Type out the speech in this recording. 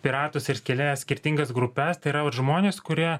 piratus ir kelias skirtingas grupes tai yra vat žmonės kurie